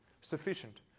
sufficient